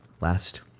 last